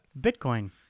Bitcoin